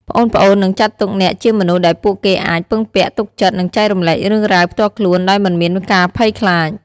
ប្អូនៗនឹងចាត់ទុកអ្នកជាមនុស្សដែលពួកគេអាច ពឹងពាក់ ទុកចិត្ត និងចែករំលែករឿងរ៉ាវ ផ្ទាល់ខ្លួនដោយមិនមានការភ័យខ្លាច ។